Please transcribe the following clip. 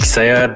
Saya